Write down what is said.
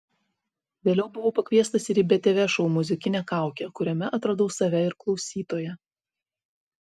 vėliau buvau pakviestas ir į btv šou muzikinė kaukė kuriame atradau save ir klausytoją